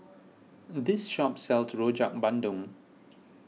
this shop sells Rojak Bandung